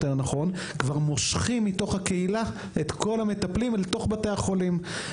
כבר מושכים מתוך הקהילה את כל המטפלים אל תוך בתי החולים,